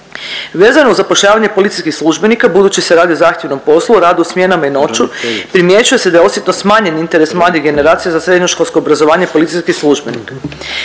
Vezano uz zapošljavanje policijskih službenika budući se radi o zahtjevnom poslu, radu u smjenama i noću primjećuje da je osjetno smanjen interes mlade generacije za srednjoškolsko obrazovanje policijskih službenika.